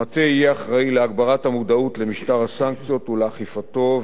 המטה יהיה אחראי להגברת המודעות למשטר הסנקציות ולאכיפתו,